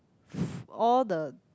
all the